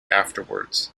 afterwards